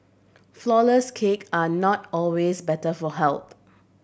flourless cake are not always better for health